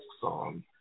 song